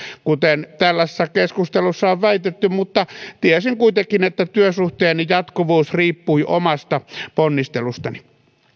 kuten tällaisessa keskustelussa on väitetty mutta tiesin kuitenkin että työsuhteeni jatkuvuus riippui omasta ponnistelustani